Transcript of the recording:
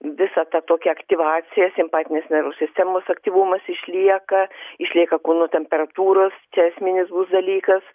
visa tą tokią aktyvaciją simpatinės nervų sistemos aktyvumas išlieka išlieka kūno temperatūros čia esminis bus dalykas